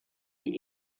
die